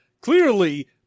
Clearly